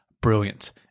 brilliant